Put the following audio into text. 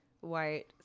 white